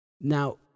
Now